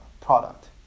product